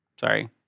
Sorry